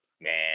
man